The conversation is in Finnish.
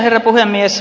herra puhemies